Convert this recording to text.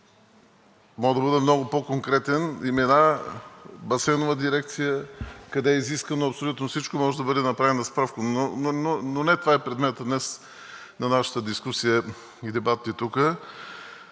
Мога да бъда много по-конкретен: имена, Басейнова дирекция, къде е изискано абсолютно всичко, може да бъде направена справка. Но не това е предметът днес на нашата дискусия и дебати.